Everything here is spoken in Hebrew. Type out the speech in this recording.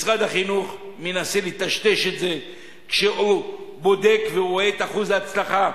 משרד החינוך מנסה לטשטש כשהוא בודק ורואה את אחוז ההצלחה.